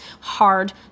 hard